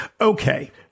Okay